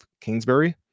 Kingsbury